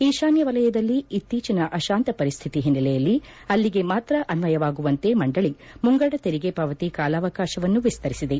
ಈಶಾನ್ಯ ವಲಯದಲ್ಲಿ ಇತ್ತೀಚಿನ ಅಶಾಂತ ಪರಿಸ್ತಿತಿ ಹಿನ್ನೆಲೆಯಲ್ಲಿ ಅಲ್ಲಿಗೆ ಮಾತ್ರ ಅನ್ವಯವಾಗುವಂತೆ ಮಂಡಳಿ ಮುಂಗದ ತೆರಿಗೆ ಪಾವತಿ ಕಾಲಾವಕಾಶವನ್ನು ವಿಸ್ತರಿಸಿದೆ